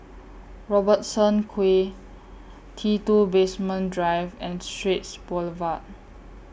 Robertson Quay T two Basement Drive and Straits Boulevard